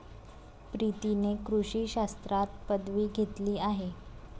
प्रीतीने कृषी शास्त्रात पदवी घेतली आहे